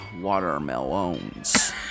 watermelons